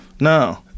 No